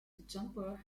jumper